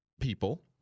people